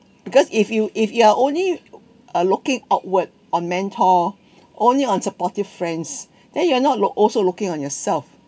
because if you if you are only uh looking outward on mentor only on supportive friends then you are not also looking on yourself